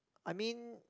I mean